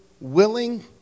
willing